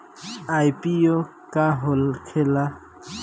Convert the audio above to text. IPO का होखेला?